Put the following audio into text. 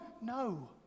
No